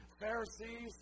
Pharisees